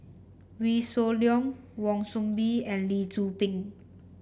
Wee Shoo Leong Wan Soon Bee and Lee Tzu Pheng